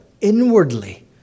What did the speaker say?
Inwardly